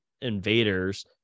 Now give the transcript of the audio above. invaders